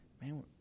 Man